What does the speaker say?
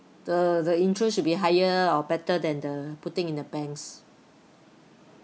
the the interest should be higher or better than the putting in the banks